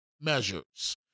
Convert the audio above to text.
measures